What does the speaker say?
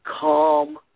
calm